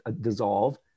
dissolve